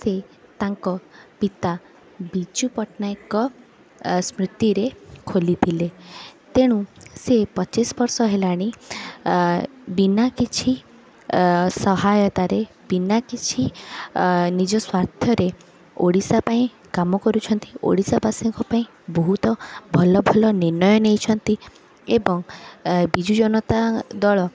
ସେ ତାଙ୍କ ପିତା ବିଜୁ ପଟ୍ଟନାୟକଙ୍କ ଏ ସ୍ମୃତିରେ ଖୋଲିଥିଲେ ତେଣୁ ସେ ପଚିଶବର୍ଷ ହେଲାଣି ବିନା କିଛି ସହାୟତାରେ ବିନା କିଛି ନିଜ ସ୍ଵାର୍ଥରେ ଓଡ଼ିଶା ପାଇଁ କାମ କରୁଛନ୍ତି ଓଡ଼ିଶାବାସୀଙ୍କ ପାଇଁ ବହୁତ ଭଲ ଭଲ ନିର୍ଣ୍ଣୟ ନେଇଛନ୍ତି ଏବଂ ଏ ବିଜୁ ଜନତା ଦଳ